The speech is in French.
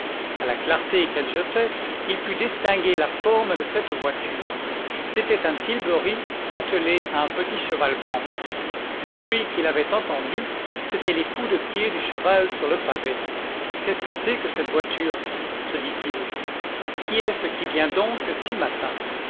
à la clarté qu'elles jetaient il put distinguer la forme de cette voiture c'était un tilbury attelé d'un petit cheval blanc le bruit qu'il avait entendu c'étaient les coups de pied du cheval sur le pavé qu'est-ce que c'est que cette voiture se dit-il qui est-ce qui vient donc si matin